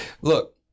look